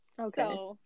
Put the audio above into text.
Okay